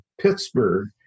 Pittsburgh